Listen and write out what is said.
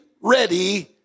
ready